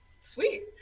sweet